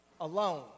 alone